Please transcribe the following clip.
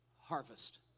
harvest